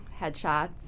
headshots